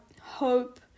hope